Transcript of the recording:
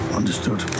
understood